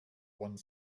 one